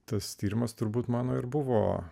tas tyrimas turbūt mano ir buvo